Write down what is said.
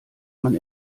man